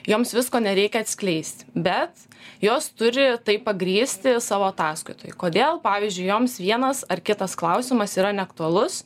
joms visko nereikia atskleist bet jos turi tai pagrįsti savo ataskaitoj kodėl pavyzdžiui joms vienas ar kitas klausimas yra neaktualus